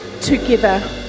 together